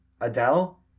Adele